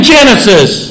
Genesis